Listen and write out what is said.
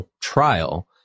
trial